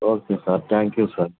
okay sir thank you sir